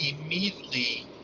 immediately